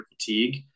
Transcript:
fatigue